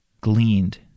gleaned